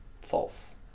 False